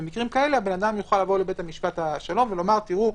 במקרים כאלה הבן אדם יוכל לבוא לבית משפט שלום ולומר: תראו,